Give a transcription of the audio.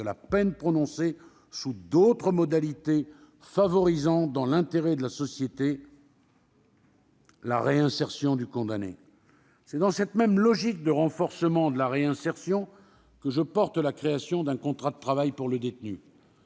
de la peine prononcée, sous d'autres modalités, afin de favoriser, dans l'intérêt de la société, la réinsertion du condamné. C'est dans cette même logique de renforcement de la réinsertion que je soutiens la création d'un contrat de travail pour le détenu.